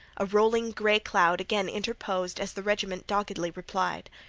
a rolling gray cloud again interposed as the regiment doggedly replied.